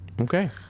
Okay